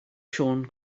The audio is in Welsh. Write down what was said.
siôn